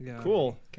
cool